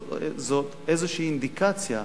זאת איזו אינדיקציה,